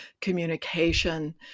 communication